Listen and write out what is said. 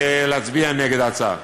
ולהצביע נגד ההצעה.